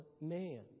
man